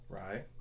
right